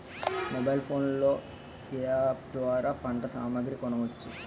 Mobile phone లో ఏ app ద్వారా పంట సామాగ్రి కొనచ్చు?